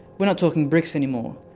we're not talking bricks anymore,